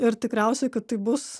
ir tikriausiai kad tai bus